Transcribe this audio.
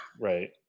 right